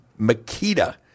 Makita